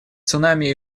цунами